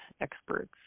experts